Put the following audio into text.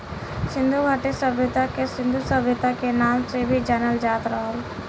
सिन्धु घाटी सभ्यता के सिन्धु सभ्यता के नाम से भी जानल जात रहल